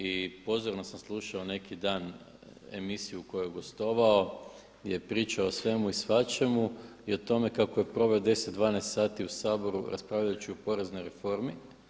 I pozorno sam slušao neki dan emisiju u kojoj je gostovao je pričao o svemu i svačemu i o tome kako je proveo 10, 12 sati u Saboru raspravljajući o poreznoj reformi.